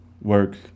work